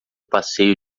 passeio